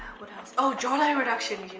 what else? oh, jawline reduction